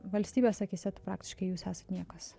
valstybės akyse praktiškai jūs esat niekas